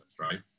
right